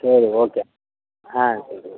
சரி ஓகே ஆ சரி